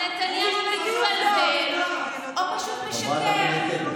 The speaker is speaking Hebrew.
נתניהו או הוזה או פשוט משקר.